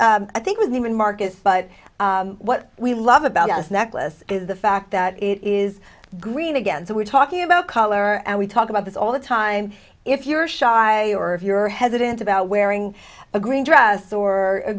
did i think was even marcus but what we love about us necklace is the fact that it is green again so we're talking about color and we talk about this all the time if you're shy or if you're hesitant about wearing a green dress or a